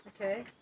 okay